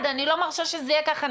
אני לא מרשה שזה יהיה ככה,